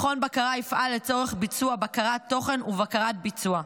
מכון בקרה יפעל לצורך ביצוע בקרת תוכן ובקרת ביצוע.